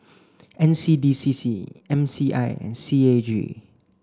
N C D C C M C I and C A G